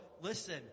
listen